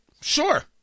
Sure